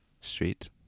street